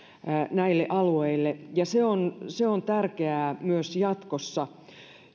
näille alueille ja se on se on tärkeää myös jatkossa